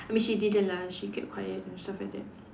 I mean she didn't it lah she kept quiet and stuff like that